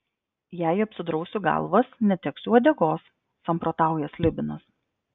jei apsidrausiu galvas neteksiu uodegos samprotauja slibinas